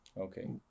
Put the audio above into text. Okay